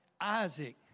Isaac